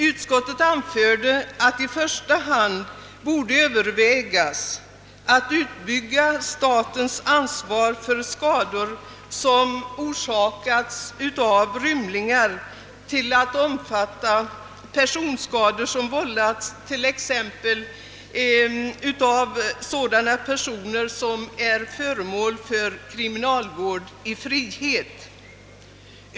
Utskot tet anförde, att i första hand borde övervägas att utbygga statens ansvar för skador som orsakats av rymlingar till att omfatta personskador, som vållats t.ex. av sådana personer som är föremål för kriminalvård i frihet.